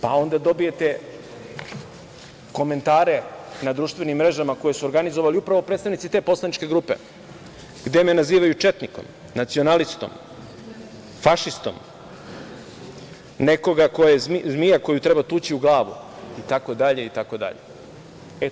Pa, onda dobijete komentare na društvenim mrežama koje su organizovali upravo predstavnici te poslaničke grupe, gde me nazivaju četnikom, nacionalistom, fašistom, nekoga ko je zmija koju treba tući u glavu, i tako dalje.